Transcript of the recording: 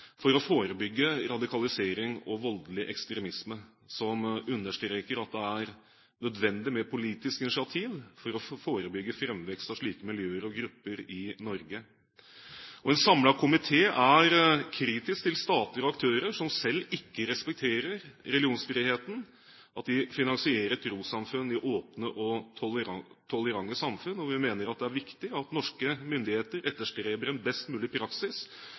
for å forebygge radikalisering og voldelig ekstremisme, som understreker at det er nødvendig med politisk initiativ for å forebygge framvekst av slike miljøer og grupper i Norge. En samlet komité er kritisk til at stater og aktører som selv ikke respekterer religionsfriheten, finansierer trossamfunn i åpne og tolerante samfunn. Vi mener det er viktig at norske myndigheter etterstreber en best mulig praksis